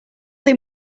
they